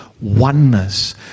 oneness